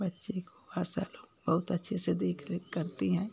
बच्चे को आशा लोग बहुत अच्छे से देख रेख करती है